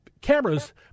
cameras